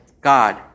God